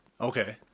Okay